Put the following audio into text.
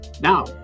Now